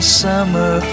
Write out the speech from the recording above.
summer